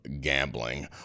gambling